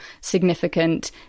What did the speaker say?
significant